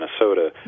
Minnesota